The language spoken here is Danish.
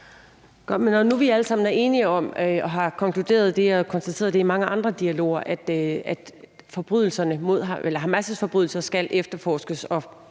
og har konkluderet og konstateret i mange andre dialoger, at Hamas' forbrydelser skal efterforskes,